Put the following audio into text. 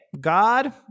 God